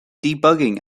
debugging